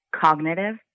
cognitive